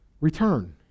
return